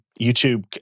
YouTube